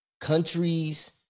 countries